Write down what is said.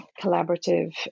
collaborative